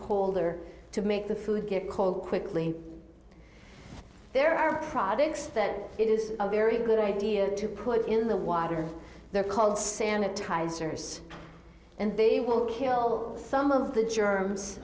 color to make the food get cold quickly there are products that it is a very good idea to put in the water they're called sanitizers and they will kill some of the germs